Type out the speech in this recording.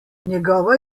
njegova